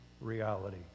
reality